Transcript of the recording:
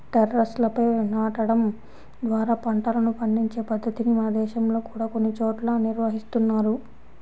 టెర్రస్లపై నాటడం ద్వారా పంటలను పండించే పద్ధతిని మన దేశంలో కూడా కొన్ని చోట్ల నిర్వహిస్తున్నారు